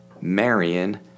Marion